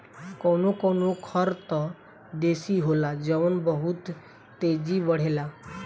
कवनो कवनो खर त देसी होला जवन बहुत तेजी बड़ेला